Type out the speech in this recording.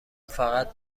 فقط